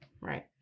Right